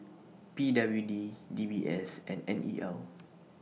P W D D B S and N E L